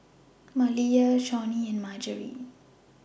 Maliyah Shawnee and Margery